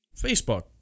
Facebook